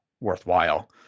worthwhile